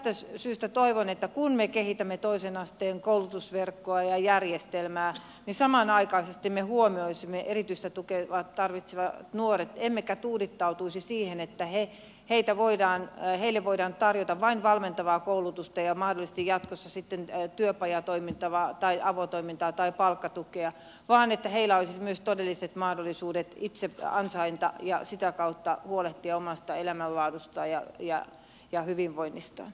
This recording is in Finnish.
tästä syystä toivon että kun me kehitämme toisen asteen koulutusverkkoa ja järjestelmää niin samanaikaisesti me huomioisimme erityistä tukea tarvitsevat nuoret emmekä tuudittautuisi siihen että heille voidaan tarjota vain valmentavaa koulutusta ja mahdollisesti jatkossa työpajatoimintaa tai avotoimintaa tai palkkatukea vaan että heillä olisi myös todelliset mahdollisuudet itse ansaita ja sitä kautta huolehtia omasta elämänlaadustaan ja hyvinvoinnistaan